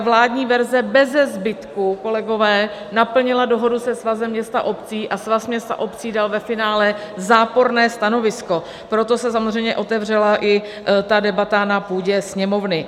Vládní verze beze zbytku, kolegové, naplnila dohodu se Svazem měst a obcí a Svaz měst a obcí dal ve finále záporné stanovisko, proto se samozřejmě otevřela i ta debata na půdě Sněmovny.